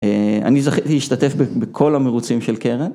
אני זכתי להשתתף בכל המרוצים של קרן.